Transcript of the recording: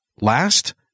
Last